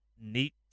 Neat